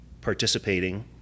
participating